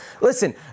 Listen